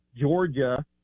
Georgia